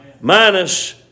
Minus